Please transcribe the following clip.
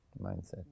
Mindset